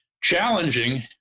Challenging